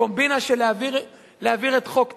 הקומבינה להעביר את חוק טל,